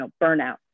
burnout